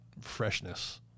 freshness